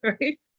right